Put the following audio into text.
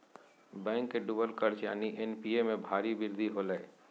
bank के डूबल कर्ज यानि एन.पी.ए में भारी वृद्धि होलय